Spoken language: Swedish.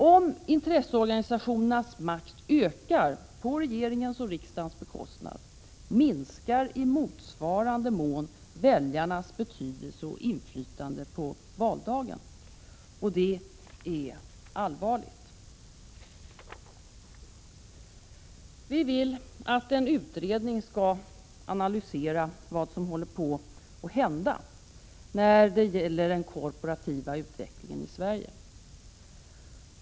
Om intresseorganisationernas makt ökar på regeringens och riksdagens bekostnad minskar i motsvarande mån väljarnas betydelse och inflytande på valdagen, och det är allvarligt. Vi vill att en utredning skall analysera vad som håller på att hända med den korporativa utvecklingen i Sverige.